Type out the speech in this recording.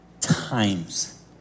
times